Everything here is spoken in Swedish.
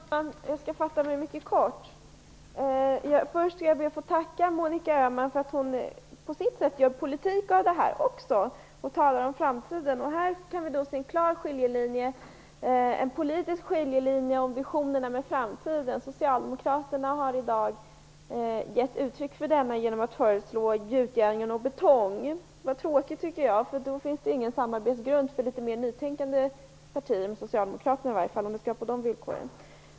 Herr talman! Jag skall fatta mig mycket kort. Först vill jag tacka Monica Öhman för att hon på sitt sätt gör politik av det här och talar om framtiden. Här kan vi se en klar politisk skiljelinjen vad gäller visionerna med framtiden. Socialdemokraterna har i dag gett uttryck för denna genom att tala om gjutjärn och betong. Det var tråkigt, för då finns det ingen grund för samarbete mellan Socialdemokraterna och litet mer nytänkande partier, i alla fall inte om det skall ske på de villkoren.